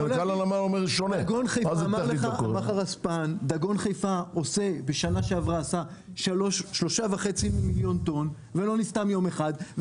דגון חיפה עשה בשנה שעברה 3.5 מיליון טון ולא נסתם יום אחד.